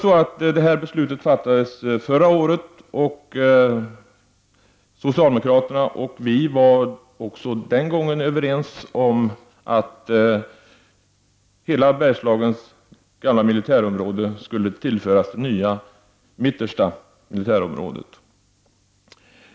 Beslut om detta fattades förra året, och socialdemokraterna och vi var också den gången överens om att hela det gamla Bergslagens militärområde skulle tillföras det nya Mellersta militärområdet.